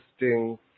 interesting